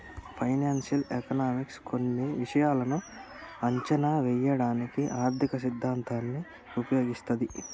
financial economics కొన్ని విషయాలను అంచనా వేయడానికి ఆర్థిక సిద్ధాంతాన్ని ఉపయోగిస్తది